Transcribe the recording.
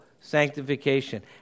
sanctification